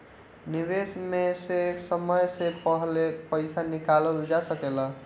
निवेश में से समय से पहले पईसा निकालल जा सेकला?